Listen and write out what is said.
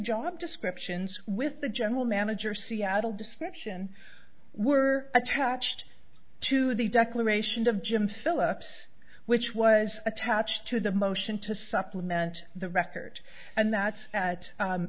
job descriptions with the general manager seattle description were attached to the declaration of jim philips which was attached to the motion to supplement the record and that at